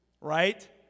Right